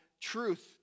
truth